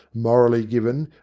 morally given,